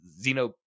Zeno